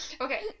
Okay